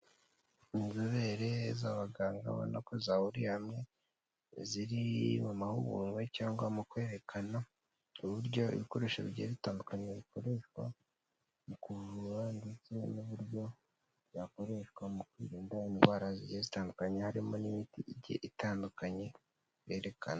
Inzobere z'abaganga ubona ko zahuriye hamwe ziri mu mahugurwa cyangwa mu kwerekana uburyo ibikoresho bigenda bitandukanye bikoreshwa mu kuvura ndetse n'uburyo byakoreshwa mu kwirinda indwara zitandukanye, harimo n'imiti itandukanye berekana.